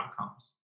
outcomes